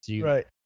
right